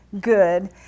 good